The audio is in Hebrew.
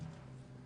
תירגע.